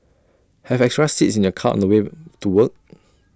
have extra seats in your car on the wave to work